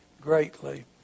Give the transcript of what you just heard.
greatly